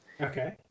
okay